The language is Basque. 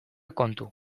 kontu